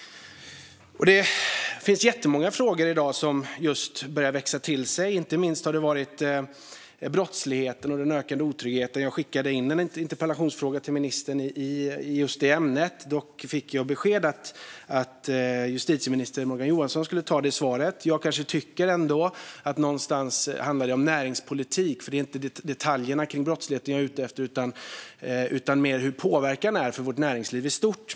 Det finns jättemånga frågor som just börjar växa till sig, inte minst brottsligheten och den ökade otryggheten. Jag skickade en interpellation till ministern på just det ämnet. Men jag fick beskedet att justitieminister Morgan Johansson ska svara på den. Jag tycker kanske ändå att det handlar om näringspolitik, eftersom det inte är detaljerna kring brottsligheten som jag är ute efter utan mer påverkan på vårt näringsliv i stort.